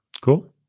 Cool